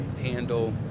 handle